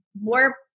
more